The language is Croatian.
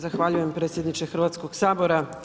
Zahvaljujem predsjedniče Hrvatskog sabora.